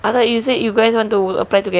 I thought you said you guys want to apply together